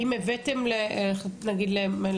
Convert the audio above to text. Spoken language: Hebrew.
האם הבאתם לממשלה?